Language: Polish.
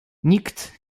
nikt